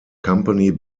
company